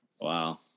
Wow